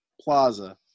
Plaza